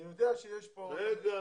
אני יודע שיש פה --- רגע.